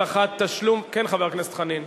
(הבטחת תשלום) כן, חבר הכנסת חנין.